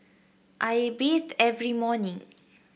I bathe every morning